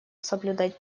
соблюдать